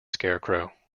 scarecrow